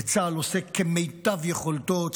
צה"ל עושה כמיטב יכולתו,